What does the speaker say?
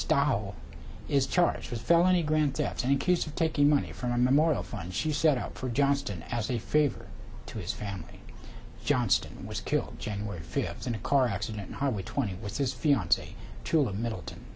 style is charged with felony grand theft and a case of taking money from a memorial fund she set out for johnston as a favor to his family johnston was killed january fifth in a car accident hardly twenty with his fiance tool of middleton